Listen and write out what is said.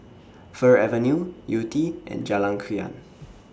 Fir Avenue Yew Tee and Jalan Krian